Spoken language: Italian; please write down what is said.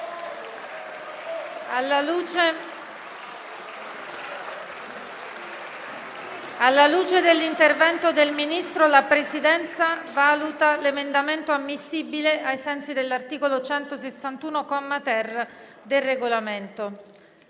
Alla luce dell'intervento del Ministro, la Presidenza valuta l'emendamento ammissibile ai sensi dell'articolo 161, comma 3-*ter*, del Regolamento.